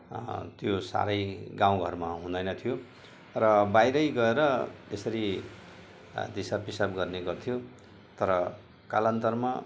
त्यो साह्रो गाउँ घरमा हुँदैन थियो र बाहिर गएर यसरी दिसा पिसाब गर्ने गर्थ्यो तर कालान्तरमा